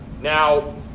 Now